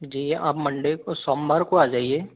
जी आप मंडे को सोमवार को आजाइए